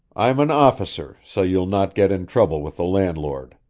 i'm an officer, so you'll not get in trouble with the landlord.